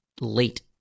late